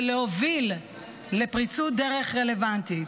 ולהוביל לפריצות דרך רלוונטיות.